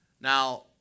Now